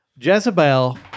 Jezebel